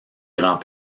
grand